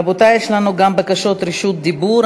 רבותי, יש לנו גם בקשות רשות דיבור.